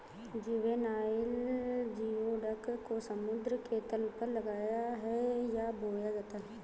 juvenile geoduck को समुद्र के तल पर लगाया है या बोया जाता है